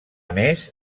més